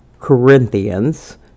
Corinthians